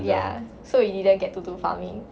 ya so we didn't get to do farming